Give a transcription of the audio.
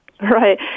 Right